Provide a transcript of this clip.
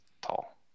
tall